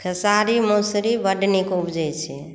खेसारी मौसरी बड नीक उपजै छै